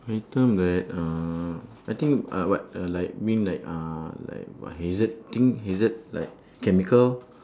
item that um I think uh what I like bring like uh like what hazard thing hazard like chemical